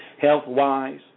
health-wise